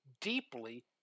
deeply